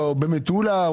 במטולה,